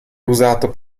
usato